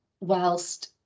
whilst